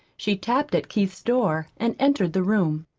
she tapped at keith's door and entered the room.